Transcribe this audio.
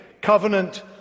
covenant